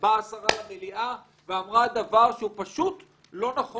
באה השרה למליאה ואמרה דבר שהוא פשוט לא נכון.